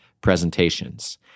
presentations